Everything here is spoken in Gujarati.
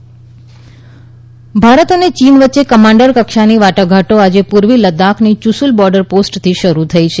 ભારત ચીન ભારત અને ચીન વચ્ચે કમાન્ડર કક્ષાની વાટાઘાટો આજે પૂર્વી લદ્દાખની યૂશુલ બોર્ડર પોસ્ટથી શરૂ થઈ છે